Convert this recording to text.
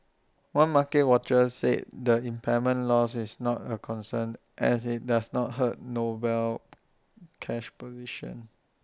one market watcher said the impairment loss is not A concern as IT does not hurt Noble's cash position